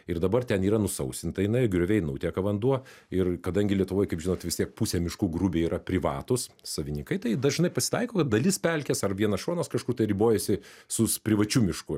ir dabar ten yra nusausinta jinai ir grioviai nuteka vanduo ir kadangi lietuvoj kaip žinot vis tiek pusę miškų grubiai yra privatūs savininkai tai dažnai pasitaiko kad dalis pelkės ar vienas šonas kažkur tai ribojasi su privačiu mišku